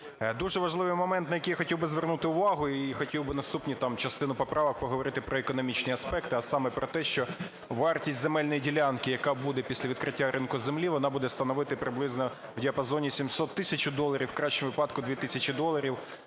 Дуже важливий момент, на який я хотів би звернути увагу і хотів би наступні частину поправок поговорити про економічні аспекти, а саме про те, що вартість земельної ділянки, яка буде після відкриття ринку землі, вона буде становити приблизно в діапазоні 700 - 1 тисячу доларів, у кращому випадку 2 тисячі доларів,